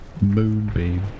moonbeam